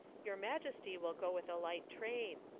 your majesty will go with a light train.